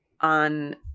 On